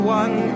one